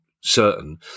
certain